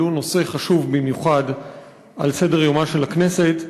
העלו נושא חשוב במיוחד על סדר-יומה של הכנסת,